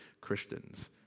Christians